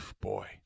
boy